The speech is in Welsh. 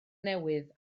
newydd